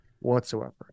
whatsoever